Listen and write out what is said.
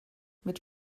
mit